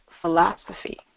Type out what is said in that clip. Philosophy